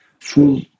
full